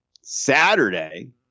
Saturday